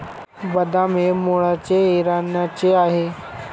बदाम हे मूळचे इराणचे आहे